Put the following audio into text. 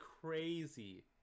crazy